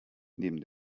neben